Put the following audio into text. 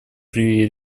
при